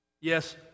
Yes